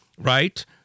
right